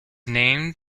named